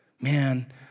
Man